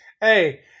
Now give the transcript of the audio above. Hey